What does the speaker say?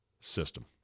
system